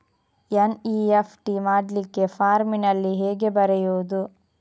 NEFT ಮಾಡ್ಲಿಕ್ಕೆ ಫಾರ್ಮಿನಲ್ಲಿ ಹೇಗೆ ಬರೆಯುವುದು?